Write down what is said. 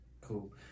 Cool